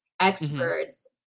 experts